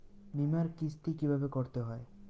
বিমার কিস্তি কিভাবে করতে হয়?